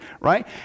right